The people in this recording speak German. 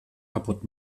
kaputt